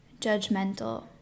judgmental